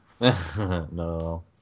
No